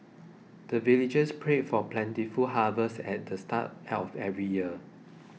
the villagers pray for plentiful harvest at the start of every year